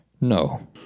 No